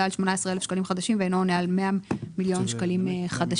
על 18 אלף שקלים חדשים ואינו עולה על 100 מיליון שקלים חדשים".